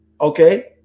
okay